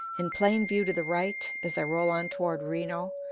in plain view to the right, as i roll on toward reno,